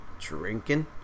Drinking